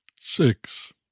Six